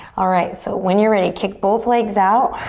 alright, so when you're ready kick both legs out.